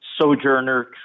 Sojourner